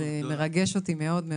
זה מרגש אותי מאוד.